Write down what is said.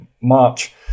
March